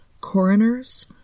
coroners